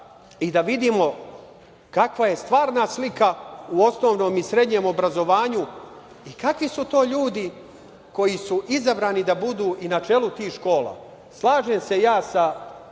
i da vidimo kakva je stvarna slika u osnovnom i srednjem obrazovanju i kakvi su to ljudi koji su izabrani da budu i na čelu tih škola. Slažem se ja sa